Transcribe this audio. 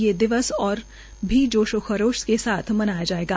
ये दिवस ओर भी जोशों खरोशों से मनाया जायेगा